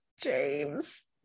james